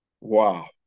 wow